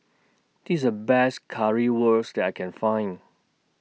This IS The Best Currywurst that I Can Find